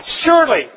surely